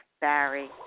Barry